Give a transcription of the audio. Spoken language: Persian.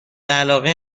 علاقه